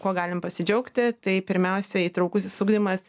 kuo galim pasidžiaugti tai pirmiausiai įtraukusis ugdymas